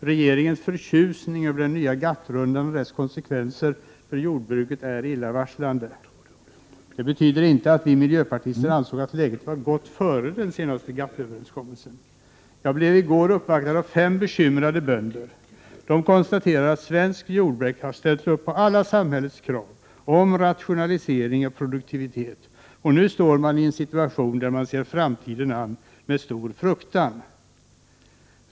Regeringens förtjusning över den nya GATT-rundan med dess konsekvenser för jordbruket är illavarslande. Detta betyder inte att vi miljöpartister ansåg att läget var gott före den senaste GATT-överenskommelsen. Jag blev i går uppvaktad av fem bekymrade bönder. De konstaterade att svenskt jordbruk har ställt upp på alla samhällets krav om rationalisering och produktivitet. Nu befinner man sig i en situation där man ser framtiden an med stor fruktan.